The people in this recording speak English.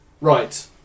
Right